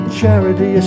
charity